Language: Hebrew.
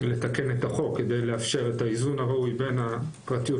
לתקן את החוק כדי לאפשר את האיזון הראוי בין הפרטיות